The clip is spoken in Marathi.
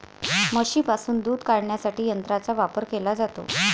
म्हशींपासून दूध काढण्यासाठी यंत्रांचा वापर केला जातो